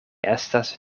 estas